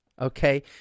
okay